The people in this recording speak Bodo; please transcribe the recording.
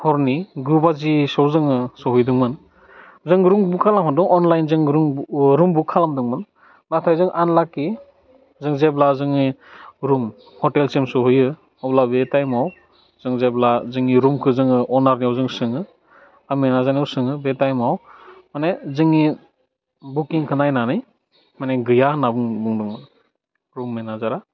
हरनि गु बाजि सोआव जोङो सहैदोंमोन जों रुम बुक खालामखादों अनलाइन जों रुम रुम बुक खालामदोंमोन नाथाय जों आनलाकि जों जेब्ला जोंनि रुम ह'टेलसिम सहैयो अब्ला बे टाइमाव जों जेब्ला जोंनि रुमखौ जोङो अनारनियाव जोङो सोङो बा मेनाजारनियाव सोङो बे टाइमाव माने जोंनि बुकिंखौ नायनानै माने गैया होन्नानै बुंदोंमोन रुम मेनाजारा